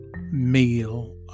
meal